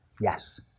yes